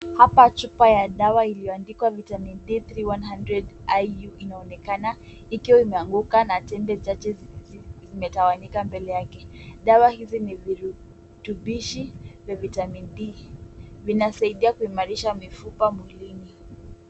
Hapa chupa ya dawa iliyoandikwa vitamin D3 100 IU inaonekana ikiwa imeanguka na tembe chache zimetawanyika mbele yake. Dawa hizi ni virutubishi vya vitamin D . Vinasaidia kuimarisha mifupa mwilini.